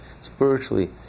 spiritually